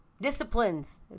Disciplines